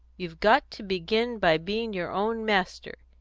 you've got to begin by being your own master,